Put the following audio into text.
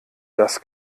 das